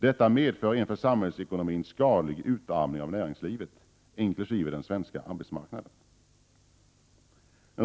Detta medför en för samhällsekonomin skadlig utarmning av näringslivet inkl. den svenska arbetsmarknaden.